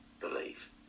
believe